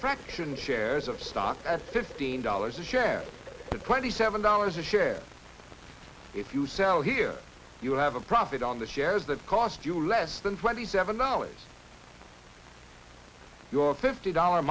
fraction shares of stock at fifteen dollars a share of twenty seven dollars a share if you sell here you have a profit on the shares that cost you less than twenty seven dollars it's your fifty dollar